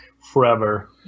Forever